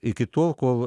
iki tol kol